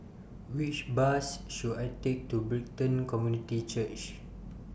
Which Bus should I Take to Brighton Community Church